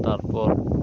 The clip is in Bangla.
তারপর